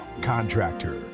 contractor